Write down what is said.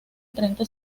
treinta